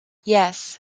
yes